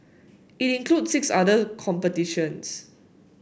it includes six other competitions